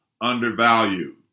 undervalued